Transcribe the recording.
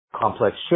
complex